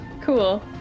Cool